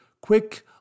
quick